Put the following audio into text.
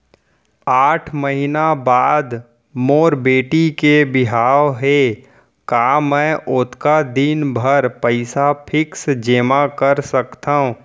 आठ महीना बाद मोर बेटी के बिहाव हे का मैं ओतका दिन भर पइसा फिक्स जेमा कर सकथव?